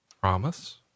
Promise